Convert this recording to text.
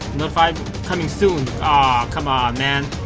notify me coming soon, ahhh come on man.